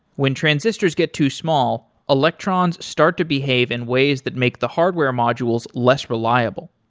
when transistors get too small, electrons start to behave in ways that make the hardware modules less reliable.